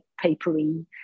papery